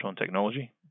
technology